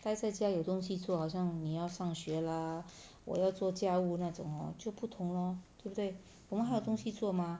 待在家有东西做好像你要上学 lah 我要做家务那种 hor 就不同 lor 对不对我们还有东西做 mah